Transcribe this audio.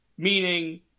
Meaning